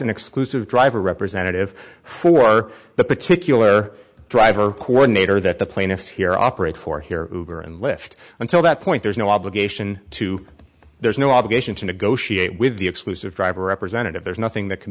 an exclusive driver representative for the particular driver coordinator that the plaintiffs here operate for here and lift until that point there's no obligation to there's no obligation to negotiate with the exclusive driver representative there is nothing that can